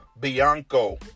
Bianco